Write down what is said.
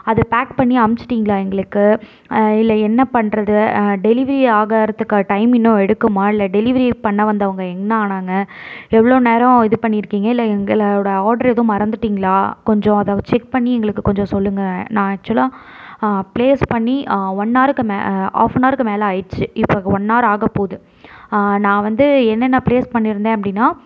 அது பேக் பண்ணி அமிச்சிட்டிங்களா எங்களுக்கு இல்லை என்ன பண்றது டெலிவரி ஆகறதுக்கு டைம் இன்னும் எடுக்குமா இல்லை டெலிவரி பண்ண வந்தவங்க என்ன ஆனாங்க எவ்வளோ நேரம் இது பண்ணியிருக்கீங்க இல்லை எங்களோடய ஆர்டர் எதுவும் மறந்துட்டிங்களா கொஞ்சம் அதை செக் பண்ணி எங்களுக்கு கொஞ்சம் சொல்லுங்கள் நான் ஆக்சுவலாக ப்ளேஸ் பண்ணி ஒன்ஹருக்கு மே ஹாஃப் அன் ஹவருக்கு மேல் ஆகிடுச்சு இப்போ ஒன்னார் ஆகப்போகுது நான் வந்து என்னென்ன பிளேஸ் பண்ணியிருந்தேன் அப்படின்னா